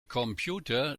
computer